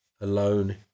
Alone